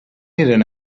eren